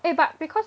eh but because